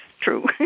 true